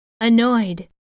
annoyed